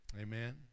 Amen